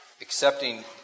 accepting